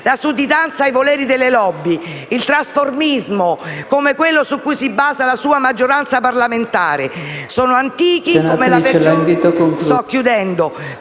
la sudditanza ai voleri delle *lobby*, il trasformismo, come quello su cui si basa la sua maggioranza parlamentare, sono antichi come la peggior